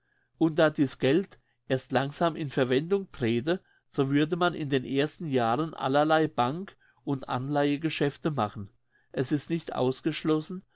und da dies geld erst langsam in verwendung träte so würde man in den ersten jahren allerlei bank und anleihegeschäfte machen es ist nicht ausgeschlossen